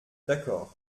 d’accord